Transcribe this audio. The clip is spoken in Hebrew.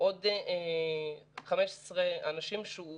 עוד 15 אנשים שהוא